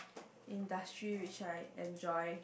industry which I enjoy